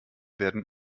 werden